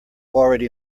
already